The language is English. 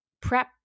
Prep